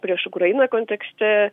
prieš ukrainą kontekste